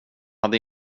hade